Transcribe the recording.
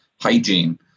hygiene